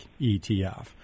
ETF